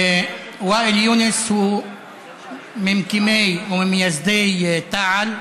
ואאל יונס הוא ממקימי ומייסדי תע"ל,